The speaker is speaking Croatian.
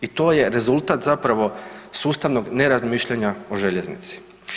I to je rezultat zapravo sustavnog ne razmišljanja o željeznici.